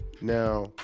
Now